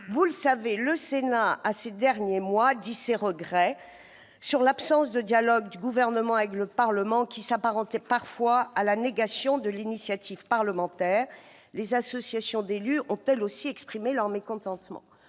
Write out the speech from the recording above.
Vous le savez, au cours de ces derniers mois, le Sénat a exprimé ses regrets sur l'absence de dialogue du Gouvernement avec le Parlement, qui s'apparentait parfois à la négation de l'initiative parlementaire. Les associations d'élus ont, elles aussi, exprimé leur mécontentement.